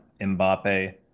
Mbappe